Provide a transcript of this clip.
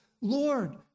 Lord